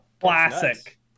Classic